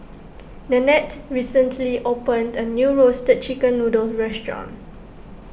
Nanette recently opened a new Roasted Chicken Noodle restaurant